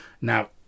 now